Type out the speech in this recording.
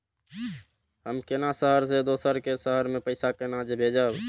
हम केना शहर से दोसर के शहर मैं पैसा केना भेजव?